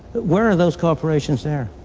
where are those corporations there?